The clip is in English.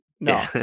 No